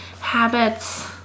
habits